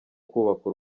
kubaka